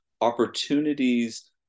opportunities